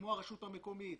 כמו הרשות המקומית,